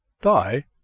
Die